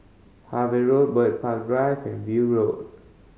Harvey Road Bird Park Drive and View Road